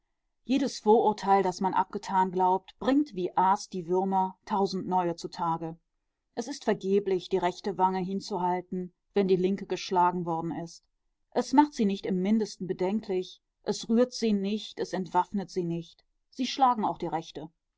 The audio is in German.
jedes vorurteil das man abgetan glaubt bringt wie aas die würmer tausend neue zutage es ist vergeblich die rechte wange hinzuhalten wenn die linke geschlagen worden ist es macht sie nicht im mindesten bedenklich es rührt sie nicht es entwaffnet sie nicht sie schlagen auch die rechte